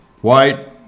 white